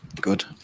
good